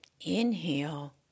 Inhale